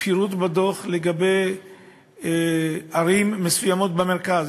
פירוט בדוח לגבי ערים מסוימות במרכז,